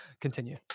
continue